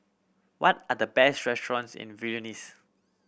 what are the best restaurants in Vilnius